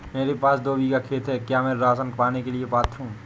मेरे पास दो बीघा खेत है क्या मैं राशन पाने के लिए पात्र हूँ?